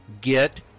get